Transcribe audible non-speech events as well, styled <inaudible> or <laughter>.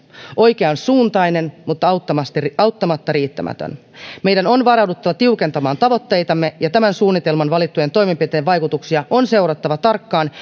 oikean suuntainen mutta auttamatta riittämätön meidän on varauduttava tiukentamaan tavoitteitamme ja tämän suunnitelman valittujen toimenpiteiden vaikutuksia on seurattava tarkkaan <unintelligible>